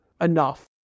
enough